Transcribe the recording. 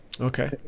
Okay